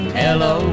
hello